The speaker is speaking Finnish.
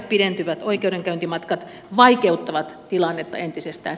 pidentyvät oikeudenkäyntimatkat vaikeuttavat tilannetta entisestään